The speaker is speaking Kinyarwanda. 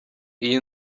iyi